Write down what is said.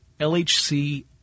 LHC